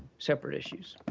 separate issues.